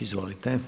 Izvolite.